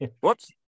Whoops